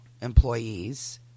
employees